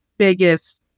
Biggest